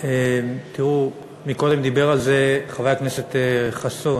תראו, קודם דיבר על זה חבר הכנסת חסון.